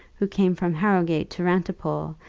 who came from harrowgate to rantipole,